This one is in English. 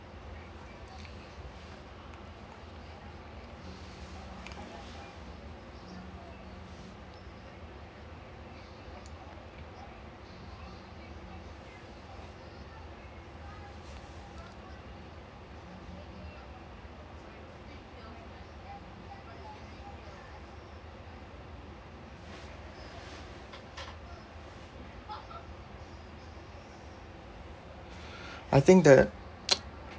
I think the